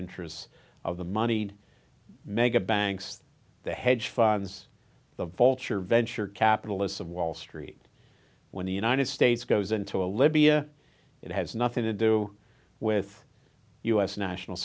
interests of the moneyed mega banks the hedge funds the vulture venture capitalists of wall street when the united states goes into a libya it has nothing to do with u s national